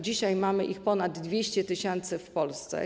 Dzisiaj mamy ich ponad 200 tys. w Polsce.